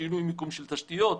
שינוי מיקום של תשתיות,